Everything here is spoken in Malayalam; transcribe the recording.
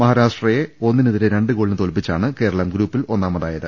മഹാരാ ഷ്ട്രയെ ഒന്നിനെതിരെ രണ്ട് ഗോളിന് തോൽപ്പിച്ചാണ് കേരളം ഗ്രൂപ്പിൽ ഒന്നാമതായത്